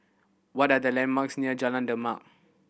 what are the landmarks near Jalan Demak